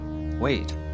Wait